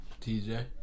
TJ